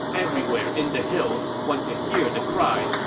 everywhere in the hills, one could hear the cry,